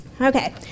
Okay